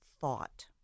thought